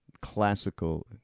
classical